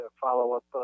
follow-up